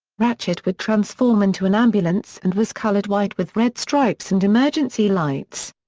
ratchet would transform into an ambulance and was colored white with red stripes and emergency lights.